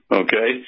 okay